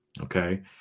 Okay